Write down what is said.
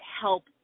help